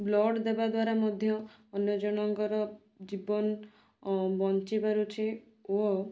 blood ଦେବାଦ୍ୱାରା ମଧ୍ୟ ଅନ୍ୟ ଜଣଙ୍କର ଜୀବନ ବଞ୍ଚିପାରୁଛି ଓ